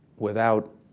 without